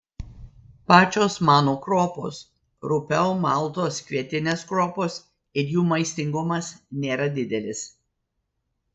pačios manų kruopos rupiau maltos kvietinės kruopos ir jų maistingumas nėra didelis